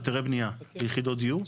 היתרי בנייה ליחידות דיור,